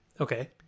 okay